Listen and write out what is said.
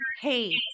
hey